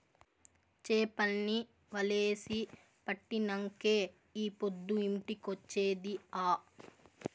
చేపల్ని వలేసి పట్టినంకే ఈ పొద్దు ఇంటికొచ్చేది ఆ